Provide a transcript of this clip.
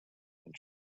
and